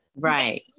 right